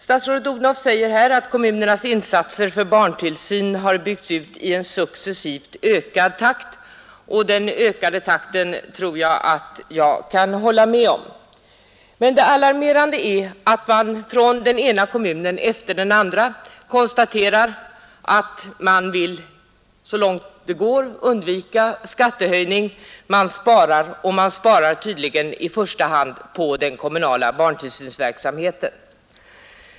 Statsrådet Odhnoff säger att kommunernas insatser för barntillsyn har byggts ut i en successivt ökad takt, och det kan jag hålla med om. Men det alarmerande är att man i den ena kommunen efter den andra konstaterar att man så långt det går vill undvika skattehöjning; man sparar, och man sparar tydligen i första hand på den kommunala barntillsynsverksamheten.